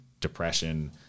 depression